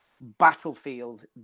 battlefield